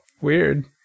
weird